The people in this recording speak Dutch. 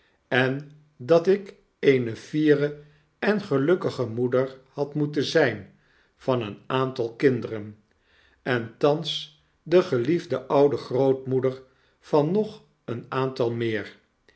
en dat ik eene here en gelukkige moeder had moeten zyn van een aantal kinderen en thans de geliefde oude grootmoeder van nog een aantal meer